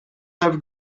have